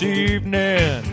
evening